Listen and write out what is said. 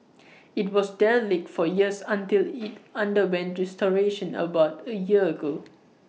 IT was derelict for years until IT underwent restoration about A year ago